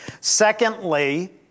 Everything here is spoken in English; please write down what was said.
Secondly